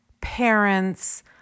parents